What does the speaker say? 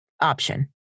option